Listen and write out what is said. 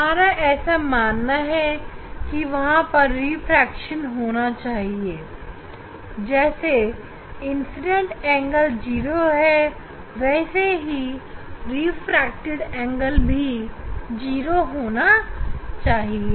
हमारा ऐसा मानना है कि वहां पर रिफ्रैक्शन होना चाहिए जैसे इंसीडेंट एंगल 0 है वैसे ही रिफ्रैक्टेड एंगल भी 0 होना चाहिए